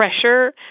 pressure